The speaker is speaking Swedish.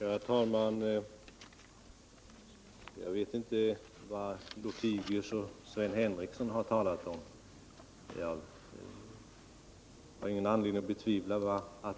Herr talman! Jag vet inte vad Carl-Wilhelm Lothigius och Sven Henricsson har talat om, men jag har ingen anledning att betvivla att